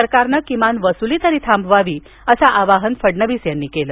सरकारने किमान वसूली तरी थांबवावी असं आवाहन फडणवीस यांनी केलं